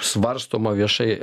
svarstoma viešai